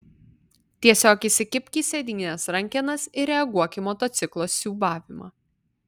tiesiog įsikibk į sėdynės rankenas ir reaguok į motociklo siūbavimą